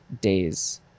days